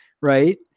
right